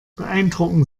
beeindrucken